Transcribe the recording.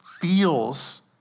feels